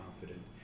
confident